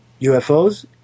UFOs